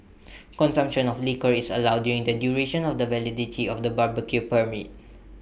consumption of liquor is allowed during the duration of the validity of the barbecue permit